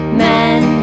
men